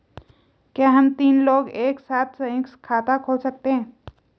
क्या हम तीन लोग एक साथ सयुंक्त खाता खोल सकते हैं?